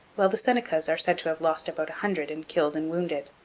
while the senecas are said to have lost about a hundred in killed and wounded.